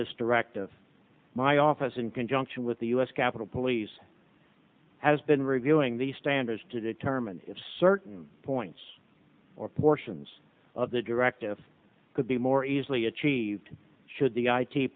this directive my office in conjunction with the u s capitol police has been reviewing the standards to determine if certain points or portions of the directive could be more easily achieved should the i